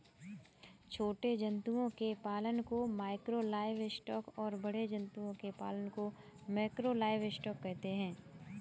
छोटे जंतुओं के पालन को माइक्रो लाइवस्टॉक और बड़े जंतुओं के पालन को मैकरो लाइवस्टॉक कहते है